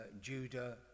Judah